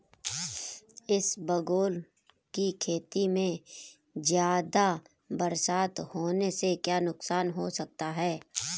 इसबगोल की खेती में ज़्यादा बरसात होने से क्या नुकसान हो सकता है?